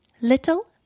little